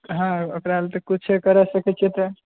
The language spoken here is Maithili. हँ ओकरा लेल तऽ किछु करा सकैत छियै तऽ